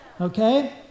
Okay